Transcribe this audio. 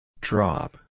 Drop